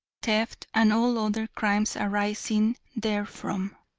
theft and all other crimes arising therefrom.